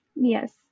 Yes